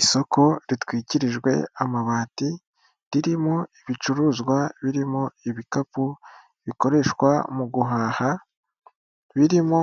Isoko ritwikirijwe amabati ririmo ibicuruzwa birimo ibikapu bikoreshwa mu guhaha, birimo